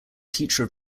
teacher